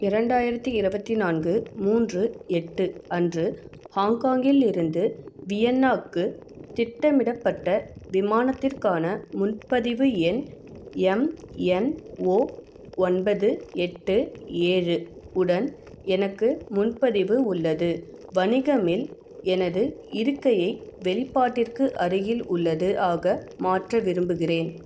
இரண்டாயிரத்தி இருபத்தி நான்கு மூன்று எட்டு அன்று ஹாங்காங்கிலிருந்து வியன்னாவுக்கு திட்டமிடப்பட்ட விமானத்திற்கான முன்பதிவு எண் எம் என் ஓ ஒன்பது எட்டு ஏழு உடன் எனக்கு முன்பதிவு உள்ளது வணிகமில் எனது இருக்கையை வெளிப்பாட்டிற்கு அருகில் உள்ளது ஆக மாற்ற விரும்புகிறேன்